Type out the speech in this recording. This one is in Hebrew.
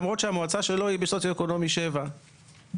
למרות שהמועצה שלו היא בסוציואקונומי שבע,